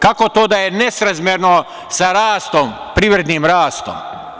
Kako to da je nesrazmerno sa rastom, privrednim rastom?